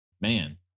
man